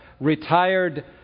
retired